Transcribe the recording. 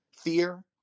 fear